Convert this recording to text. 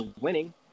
winning